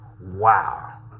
Wow